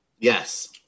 Yes